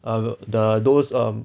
err the those err